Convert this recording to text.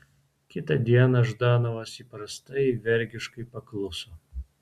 kitą dieną ždanovas įprastai vergiškai pakluso